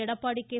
Edappadi K